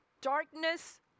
Darkness